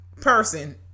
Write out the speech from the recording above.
person